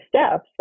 steps